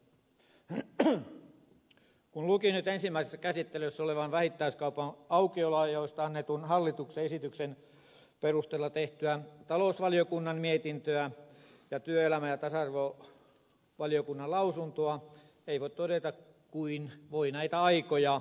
kun luki nyt ensimmäisessä käsittelyssä olevaa vähittäiskaupan aukioloajoista annetun hallituksen esityksen perusteella tehtyä talousvaliokunnan mietintöä ja työelämä ja tasa arvovaliokunnan lausuntoa ei voi todeta kuin että voi näitä aikoja